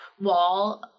wall